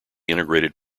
integrated